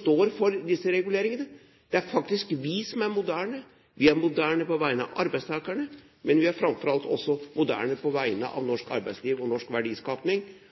står for disse reguleringene, som er gammeldagse, det er faktisk vi som er moderne. Vi er moderne på vegne av arbeidstakerne, men vi er framfor alt også moderne på vegne av